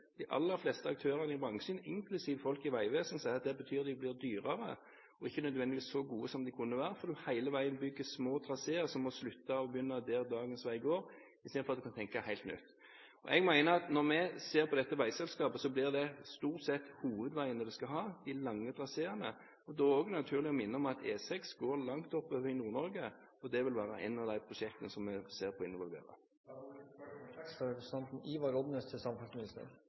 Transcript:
De aller fleste aktørene i bransjen – inklusiv folk i Vegvesenet – sier at det betyr at de blir dyrere og ikke nødvendigvis så gode som de kunne vært, fordi man hele veien bygger små traseer som må slutte og begynne der dagens vei går, istedenfor at man kan tenke helt nytt. Jeg mener at når vi ser på dette veiselskapet, blir det stort sett hovedveiene det skal ha – de lange traseene – og da er det naturlig å minne om at E6 går langt oppover i Nord-Norge og vil være et av de prosjektene som vi ser på